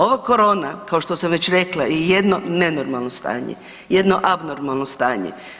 Ova corona kao što sam već rekla je jedno nenormalno stanje, jedno abnormalno stanje.